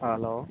ꯑꯥ hello